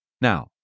Now